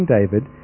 David